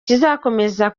kizakomeza